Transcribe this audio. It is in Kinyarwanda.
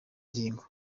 ngingo